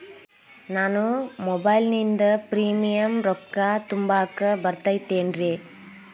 ನಾನು ಮೊಬೈಲಿನಿಂದ್ ಪ್ರೇಮಿಯಂ ರೊಕ್ಕಾ ತುಂಬಾಕ್ ಬರತೈತೇನ್ರೇ?